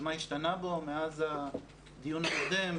ומה השתנה בו מאז הדיון הקודם,